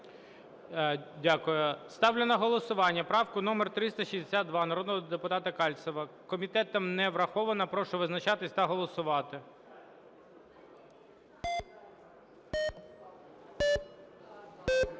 Дякую. Ставлю на голосування правку номер 362 народного депутата Кальцева. Комітетом не врахована. Прошу визначатись та голосувати.